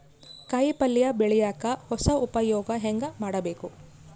ಕಾಯಿ ಪಲ್ಯ ಬೆಳಿಯಕ ಹೊಸ ಉಪಯೊಗ ಹೆಂಗ ಮಾಡಬೇಕು?